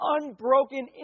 unbroken